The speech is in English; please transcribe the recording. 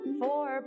four